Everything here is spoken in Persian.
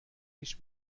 هیچ